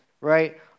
right